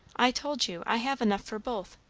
i told you, i have enough for both.